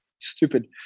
Stupid